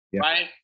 right